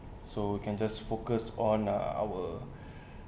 so can just focused on uh our